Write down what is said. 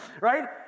right